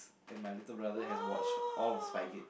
and my little brother has watch all Spy-Kids